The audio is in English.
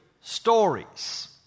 stories